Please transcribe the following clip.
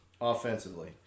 offensively